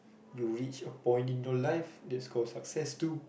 you reach a point in your life that's call success too